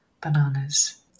bananas